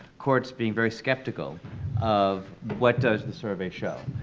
courts being very skeptical of what does the survey show.